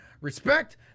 Respect